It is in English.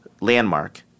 landmark